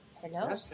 Hello